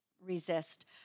Resist